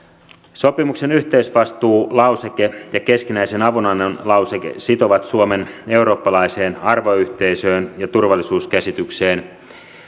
sopimuksen yhteisvastuulauseke ja keskinäisen avunannon lauseke sitovat suomen eurooppalaiseen arvoyhteisöön ja turvallisuuskäsitykseen